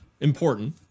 important